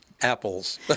apples